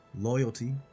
Loyalty